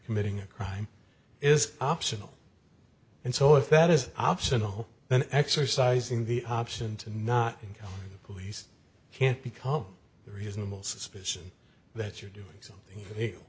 committing a crime is optional and so if that is optional then exercising the option to not think the police can't become reasonable suspicion that you're doing something you